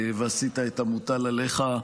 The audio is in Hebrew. ועשית את המוטל עליך,